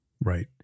Right